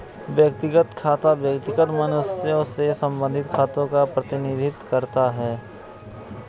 व्यक्तिगत खाता व्यक्तिगत मनुष्यों से संबंधित खातों का प्रतिनिधित्व करता है